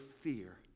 fear